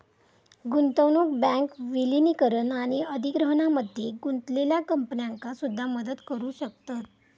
गुंतवणूक बँक विलीनीकरण आणि अधिग्रहणामध्ये गुंतलेल्या कंपन्यांका सुद्धा मदत करू शकतत